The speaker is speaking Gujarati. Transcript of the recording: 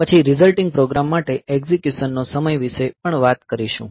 પછી રીઝલ્ટીંગ પ્રોગ્રામ માટે એક્ઝેક્યુશન નો સમય વિષે પણ કહી શકીશું